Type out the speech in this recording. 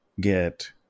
Get